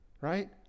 Right